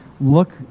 look